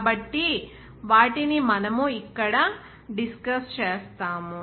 కాబట్టి వాటిని మనము ఇక్కడ డిస్కస్ చేస్తాము